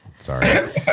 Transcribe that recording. Sorry